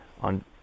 on